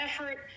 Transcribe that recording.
effort